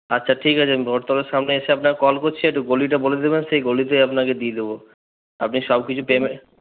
আচ্ছা ঠিক আছে আমি বটতলার সামনে এসে আপনাকে কল করছি একটু গলিটা বলে দেবেন সেই গলিতেই আপনাকে দিয়ে দেব আপনি সব কিছু